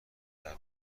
تغییر